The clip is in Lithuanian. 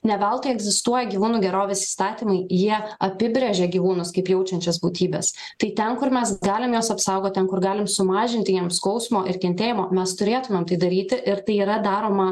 ne veltui egzistuoja gyvūnų gerovės įstatymai jie apibrėžia gyvūnus kaip jaučiančias būtybes tai ten kur mes galim juos apsaugot ten kur galim sumažinti jiems skausmo ir kentėjimo mes turėtumėm tai daryti ir tai yra daroma